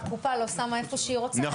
צריך לוודא שהקופה לא שמה איפה שהיא רוצה,